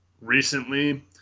recently